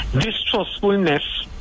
distrustfulness